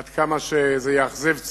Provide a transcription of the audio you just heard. עד כמה שזה יאכזב צעירים.